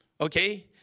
okay